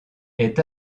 est